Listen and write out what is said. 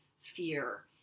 fear